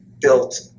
built